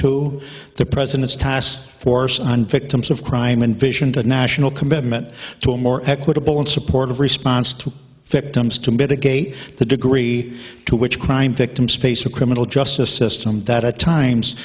two the president's task force on victims of crime and vision to national commitment to a more equitable and supportive response to fit dumbs to mitigate the degree to which crime victims face of criminal justice system that at times